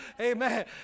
Amen